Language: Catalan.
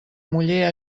muller